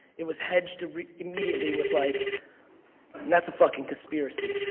it was hedged immediately with like that's a fucking conspiracy,